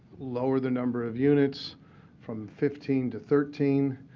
lower the number of units from fifteen to thirteen.